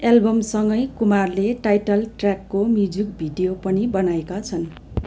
एल्बमसँगै कुमारले टाइटल ट्र्याकको music video पनि बनाएका छन्